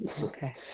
Okay